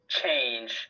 change